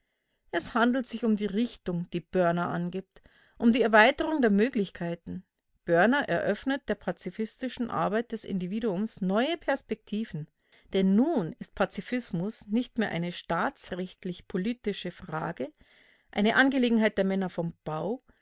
es handelt sich um die richtung die börner angibt um die erweiterung der möglichkeiten börner eröffnet der pazifistischen arbeit des individuums neue perspektiven denn nun ist pazifismus nicht mehr eine staatsrechtlich-politische frage eine angelegenheit der männer vom bau